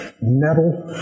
metal